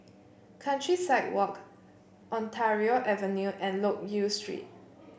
Countryside Walk Ontario Avenue and Loke Yew Street